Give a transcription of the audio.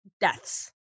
deaths